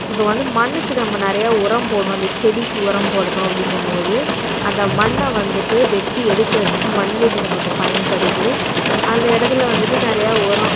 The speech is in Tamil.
இப்போ வந்து மண்ணுக்கு நம்ம நிறையா உரம் போடணும் இந்த செடிக்கு உரம் போடணும் அப்படிங்கும் போது அந்த மண்ணை வந்துட்டு வெட்டி எடுக்கிறதுக்கு மண்வெட்டி நமக்கு பயன்படுது அந்த இடத்துல வந்துட்டு நிறையா உரம்